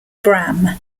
bram